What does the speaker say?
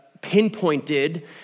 pinpointed